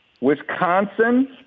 Wisconsin